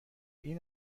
این